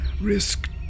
risk